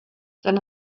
than